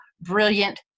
brilliant